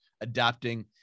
adapting